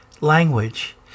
language